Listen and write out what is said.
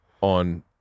on